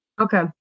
Okay